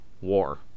war